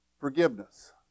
forgiveness